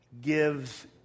gives